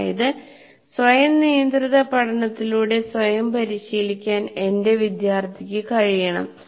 അതായത് സ്വയം നിയന്ത്രിത പഠനത്തിലൂടെ സ്വയം പരിശീലിക്കാൻ എന്റെ വിദ്യാർത്ഥിക്ക് കഴിയണം